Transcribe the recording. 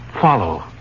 Follow